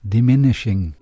Diminishing